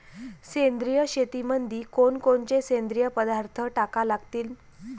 सेंद्रिय शेतीमंदी कोनकोनचे सेंद्रिय पदार्थ टाका लागतीन?